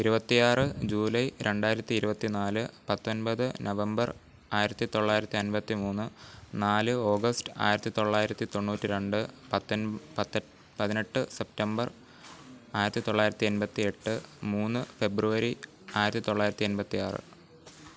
ഇരുപത്തി ആറ് ജൂലൈ രണ്ടായിരത്തി ഇരുപത്തി നാല് പത്തൊൻപത് നവംബർ ആയിരത്തി തൊള്ളായിരത്തി അൻപത്തി മൂന്ന് നാല് ഓഗസ്റ്റ് ആയിരത്തി തൊള്ളായിരത്തി തൊണ്ണൂറ്റി രണ്ട് പത്തൊ പത് പതിനെട്ട് സെപ്റ്റംബർ ആയിരത്തി തൊള്ളായിരത്തി എൺപത്തി എട്ട് മൂന്ന് ഫെബ്രുവരി ആയിരത്തി തൊള്ളായിരത്തി എൺപത്തിയാറ്